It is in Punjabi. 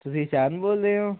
ਤੁਸੀਂ ਚਰਨ ਬੋਲਦੇ ਹੋ